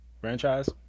Franchise